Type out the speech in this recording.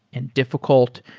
and difficult,